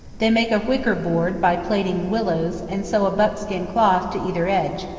they make a wicker board by plaiting willows and sew a buckskin cloth to either edge,